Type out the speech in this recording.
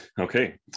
Okay